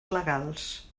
legals